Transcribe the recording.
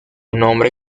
nombre